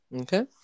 Okay